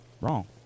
Wrong